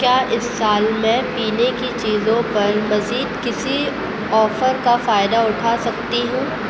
کیا اس سال میں پینے کی چیزوں پر مزید کسی آفر کا فائدہ اٹھا سکتی ہوں